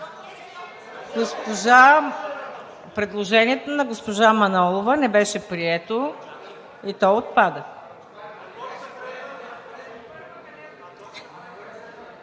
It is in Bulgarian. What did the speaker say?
Предложението на госпожа Манолова не беше прието и то отпада.